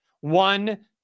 one